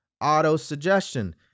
auto-suggestion